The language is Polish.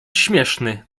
śmieszny